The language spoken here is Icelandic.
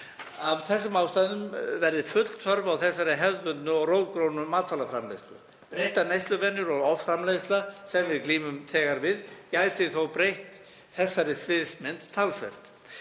Af þessum ástæðum verði full þörf á hefðbundinni og rótgróinni matvælaframleiðslu. Breyttar neysluvenjur og offramleiðsla, sem við glímum þegar við, gæti þó breytt þessari sviðsmynd talsvert.